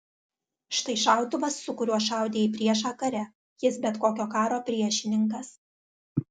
štai šautuvas su kuriuo šaudė į priešą kare jis bet kokio karo priešininkas